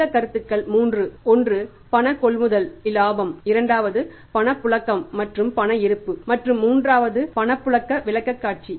இந்த கருத்துக்கள் 3 ஒன்று பண கொள்முதல் லாபம் இரண்டாவது பணப்புழக்கம் மற்றும் பண இருப்பு மற்றும் மூன்றாவது பணப்புழக்க விளக்கக்காட்சி